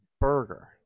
burger